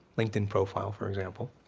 linkedin profile for example,